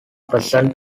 present